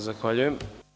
Zahvaljujem.